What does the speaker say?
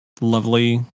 lovely